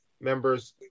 members